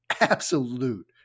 absolute